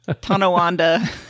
Tonawanda